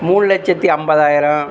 மூணு லட்சத்தி ஐம்பதாயரம்